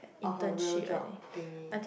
or her real job thingy